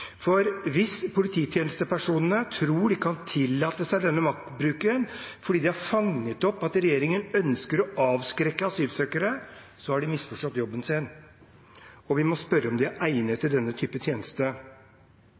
Hvis polititjenestepersonene tror de kan tillate seg denne maktbruken fordi de har fanget opp at regjeringen ønsker å avskrekke asylsøkere, har de misforstått jobben sin, og vi må spørre om de er egnet